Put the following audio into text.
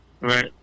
right